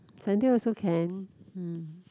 Sunday also can mm